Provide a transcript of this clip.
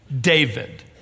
David